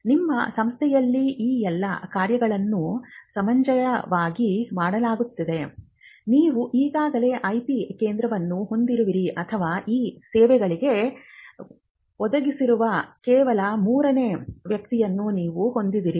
ನಿಮ್ಮ ಸಂಸ್ಥೆಯಲ್ಲಿ ಈ ಎಲ್ಲಾ ಕಾರ್ಯಗಳನ್ನು ಸಮಂಜಸವಾಗಿ ಮಾಡಲಾಗುತ್ತಿದ್ದರೆ ನೀವು ಈಗಾಗಲೇ ಐಪಿ ಕೇಂದ್ರವನ್ನು ಹೊಂದಿರುವಿರಿ ಅಥವಾ ಈ ಸೇವೆಗಳನ್ನು ಒದಗಿಸುತ್ತಿರುವ ಕೆಲವು ಮೂರನೇ ವ್ಯಕ್ತಿಯನ್ನು ನೀವು ಹೊಂದಿದ್ದೀರಿ